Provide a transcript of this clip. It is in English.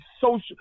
social